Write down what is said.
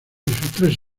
tres